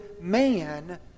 man